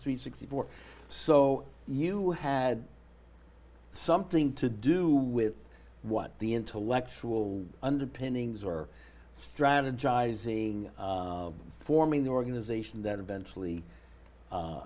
three sixty four so you had something to do with what the intellectual underpinnings or strategizing forming the organization that eventually